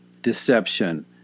deception